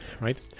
right